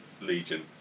Legion